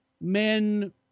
men